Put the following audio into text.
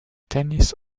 tennis